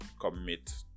commit